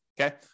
okay